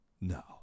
no